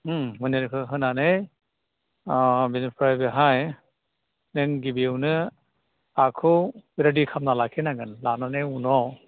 ओम मेनिउरखौ होनानै बेनिफ्राय बेहाय जों गिबियावनो हाखौ रेदि खालामनानै लाखिनांगोन लानानै उनाव